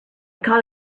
called